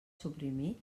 suprimir